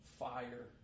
fire